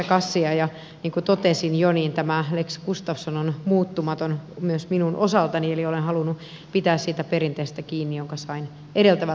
ja niin kuin totesin jo tämä lex gustafsson on muuttumaton myös minun osaltani eli olen halunnut pitää kiinni siitä perinteestä jonka sain edeltävältä ministeriltä